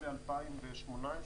המסמך